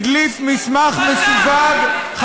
הדליף מסמך מסווג, השתגעת?